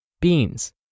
beans